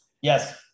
yes